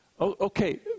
Okay